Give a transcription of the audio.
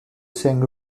sang